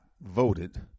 voted